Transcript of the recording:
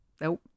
Nope